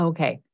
Okay